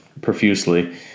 profusely